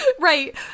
Right